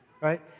right